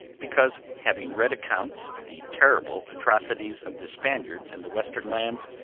because, having read accounts of the terrible atrocities of the spaniards in the western lands,